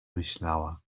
myślała